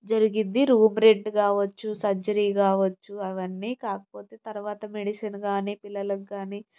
జరిగింది room rent కావచ్చు surgery కావచ్చు అవన్నీ కాకపోతే తరువాత మెడిసిన్ కానీ పిల్లలకి కానీ